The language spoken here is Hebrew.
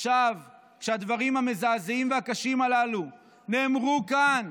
עכשיו שהדברים המזעזעים והקשים הללו נאמרו כאן,